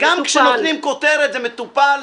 גם כשנותנים כותרת, זה מטופל.